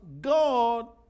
God